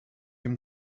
him